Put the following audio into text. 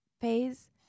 phase